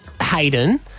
Hayden